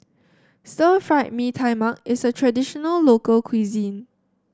Stir Fried Mee Tai Mak is a traditional local cuisine